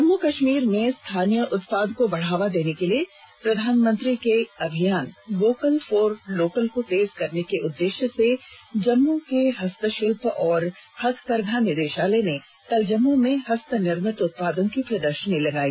जम्म कश्मीर में स्थानीय उत्पाद को बढावा देने के लिए प्रधानमंत्री के अभियान वोकल फॉर लोकल को तेज करने के उद्देश्य से जम्मू के हस्तशिल्प और हथकरघा निदेशालय ने कल जम्मू में हस्तनिर्मित उत्पादों की प्रदर्शनी लगाई